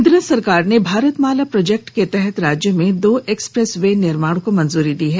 केंद्र सरकार के भारतमाला प्रोजेक्ट के तहत राज्य में दो एक्सप्रेस वे निर्माण की मंजूरी दी है